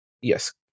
Yes